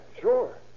sure